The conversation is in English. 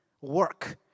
Work